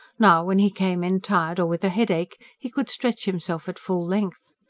now, when he came in tired or with a headache, he could stretch himself at full length.